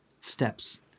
steps